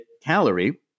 Calorie